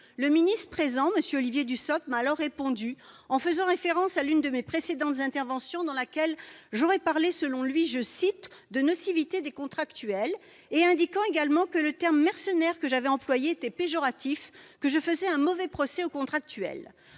d'État présent, M. Olivier Dussopt, m'a alors répondu en faisant référence à l'une de mes précédentes interventions, dans laquelle j'aurais parlé, selon lui, de « nocivité des contractuels », et a indiqué que le terme de « mercenaires » que j'avais employé était péjoratif et que je faisais un mauvais procès aux contractuels.